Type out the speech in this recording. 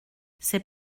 c’est